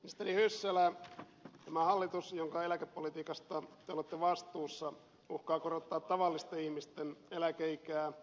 ministeri hyssälä tämä hallitus jonka eläkepolitiikasta te olette vastuussa uhkaa korottaa tavallisten ihmisten eläkeikää